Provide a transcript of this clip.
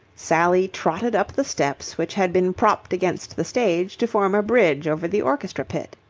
sally trotted up the steps which had been propped against the stage to form a bridge over the orchestra pit.